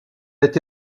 été